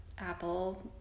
apple